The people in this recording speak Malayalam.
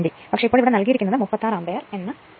പക്ഷെ ഇവിടെ നൽകിയിരിക്കുന്നത് 36 അംപീയെർ എന്ന് ആണ്